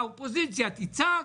האופוזיציה תצעק,